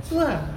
tu ah